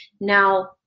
Now